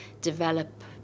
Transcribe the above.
develop